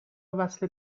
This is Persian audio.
وصله